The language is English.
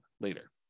later